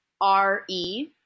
R-E